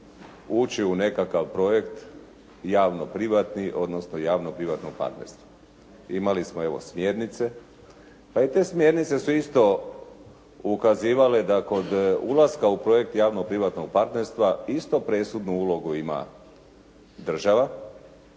ući u nekakav projekt javno-privatni, odnosno javno-privatnog partnerstva. Imali smo evo smjernice. Pa i te smjernice su isto ukazivale da kod ulaska u projekt javno-privatnog partnerstva isto presudnu ulogu ima država,